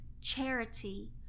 charity